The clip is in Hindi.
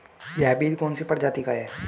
यह बीज कौन सी प्रजाति का है?